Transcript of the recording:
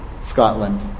Scotland